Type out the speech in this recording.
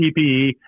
PPE